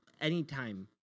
Anytime